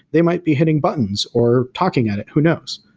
they might be hitting buttons, or talking at it. who knows?